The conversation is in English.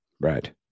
Right